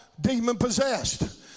Demon-possessed